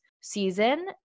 season